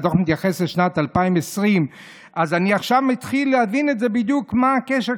והדוח מתייחס לשנת 2020. אז אני עכשיו מתחיל להבין בדיוק מה הקשר,